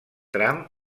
tram